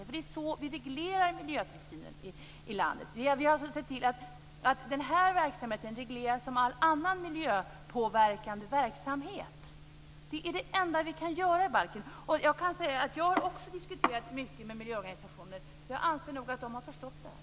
Det är så vi reglerar miljötillsynen i landet. Vi har alltså sett till att den här verksamheten regleras som all annan miljöpåverkande verksamhet. Det är det enda vi kan göra i balken. Jag har också diskuterat mycket med miljöorganisationer. Jag anser nog att de har förstått det här.